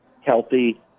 healthy